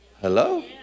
Hello